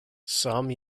some